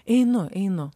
einu einu